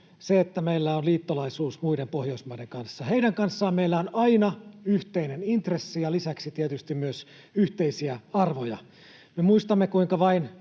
se, että meillä on liittolaisuus muiden Pohjoismaiden kanssa. Heidän kanssaan meillä on aina yhteinen intressi ja lisäksi tietysti myös yhteisiä arvoja. Me muistamme, kuinka vain